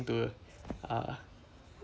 to uh